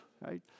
right